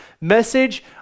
message